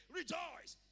rejoice